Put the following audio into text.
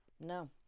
No